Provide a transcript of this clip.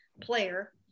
player